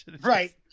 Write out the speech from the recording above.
Right